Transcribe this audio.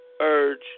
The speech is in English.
urge